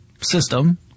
system